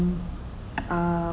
mm err